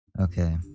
Okay